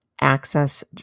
access